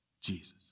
Jesus